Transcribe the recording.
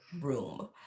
room